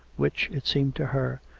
which, it seemed to her,